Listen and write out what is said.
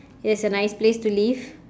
it has a nice place to live